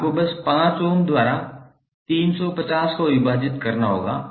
आपको बस 5 ओम द्वारा 350 को विभाजित करना होगा